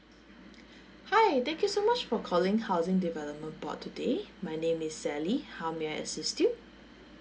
hi thank you so much for calling housing development board today my name is sally how may I assist you